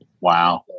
Wow